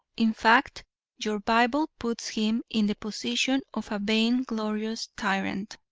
in fact your bible puts him in the position of a vain-glorious tyrant.